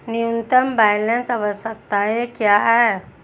न्यूनतम बैलेंस आवश्यकताएं क्या हैं?